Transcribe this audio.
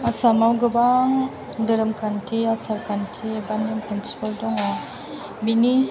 आसामाव गोबां धोरोमखान्थि आसार खान्थि बा नेम खान्थिफोर दङ बिनि